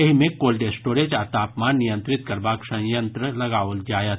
एहि मे cold storage आ तापमान नियंत्रित करबाक संयंत्र लगाओल जायत